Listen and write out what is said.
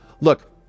look